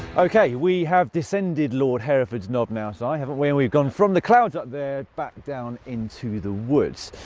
okay, we have descended lord hereford's knob now, cy, haven't we? and we've gone from the clouds up there back down into the woods.